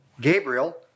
Gabriel